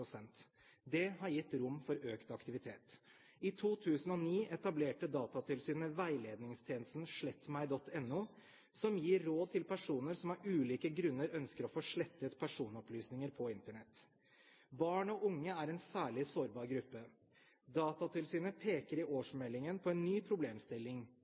pst. Det har gitt rom for økt aktivitet. I 2009 etablerte Datatilsynet veiledningstjenesten slettmeg.no, som gir råd til personer som av ulike grunner ønsker å få slettet personopplysninger på Internett. Barn og unge er en særlig sårbar gruppe. Datatilsynet peker i årsmeldingen på en ny problemstilling: